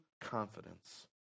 confidence